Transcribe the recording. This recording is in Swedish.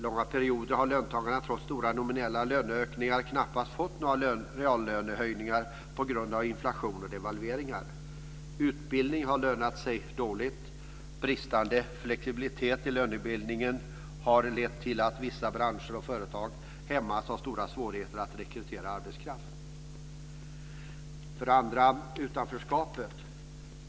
Långa perioder har löntagarna trots stora nominella löneökningar knappast fått några reallönehöjningar på grund av inflation och devalveringar. Utbildning har lönat sig dåligt. Bristande flexibilitet i lönebildningen har lett till att vissa branscher och företag har hämmats av stora svårigheter att rekrytera arbetskraft. För det andra finns utanförskapet.